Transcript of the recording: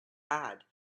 had